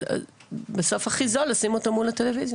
אז בסוף הכי זול זה לשים אותו מול הטלוויזיה.